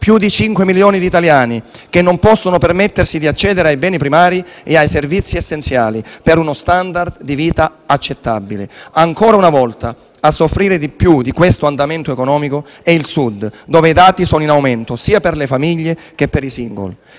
Più di cinque milioni di italiani che non possono permettersi di accedere ai beni primari e ai servizi essenziali, per uno *standard* di vita accettabile. Ancora una volta, a soffrire di più di questo andamento economico è il Sud, dove i dati sono in aumento, sia per le famiglie che per i singoli.